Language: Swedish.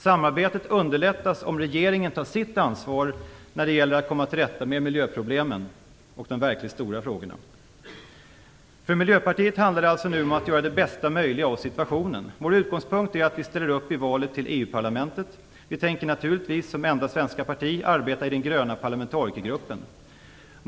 Samarbetet underlättas om regeringen tar sitt ansvar när det gäller att komma till rätta med miljöproblemen och de verkligt stora frågorna. För Miljöpartiet handlar det alltså nu om att göra det bästa möjliga av situationen. Vår utgångspunkt är att vi ställer upp i valet till EU-parlamentet. Vi tänker naturligtvis, som enda svenska parti, arbeta i den gröna parlamentarikergruppen.